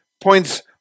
points